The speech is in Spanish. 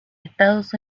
estados